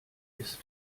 ist